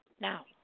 now